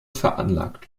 veranlagt